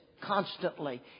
constantly